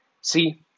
See